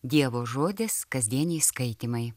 dievo žodis kasdieniai skaitymai